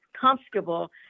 comfortable